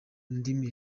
ndimi